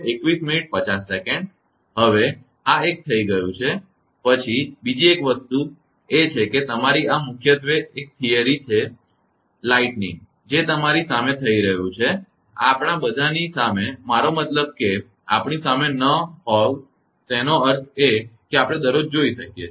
હવે આ એક થઈ ગયું છે પછી બીજી એક વસ્તુ એ છે કે તમારી આ મુખ્યત્વે આ એક થિયરી છે તે આકાશી વીજળીલાઈટનિંગ છે જે તમારી સામે થઇ રહયુ છે આપણા બધાની સામે મારો મતલબ કે આપણી સામે ન હોવું એનો અર્થ છે આપણે દરરોજ જોઇ શકીએ છે